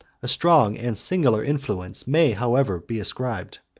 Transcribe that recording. a strong and singular influence may, however, be ascribed.